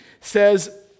says